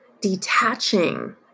detaching